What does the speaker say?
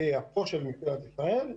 אני הפו"ש של משטרת ישראל,